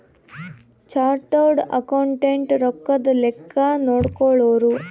chartered accountant ರೊಕ್ಕದ್ ಲೆಕ್ಕ ನೋಡ್ಕೊಳೋರು